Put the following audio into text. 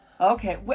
Okay